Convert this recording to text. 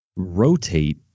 rotate